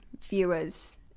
viewers